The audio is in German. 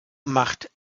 macht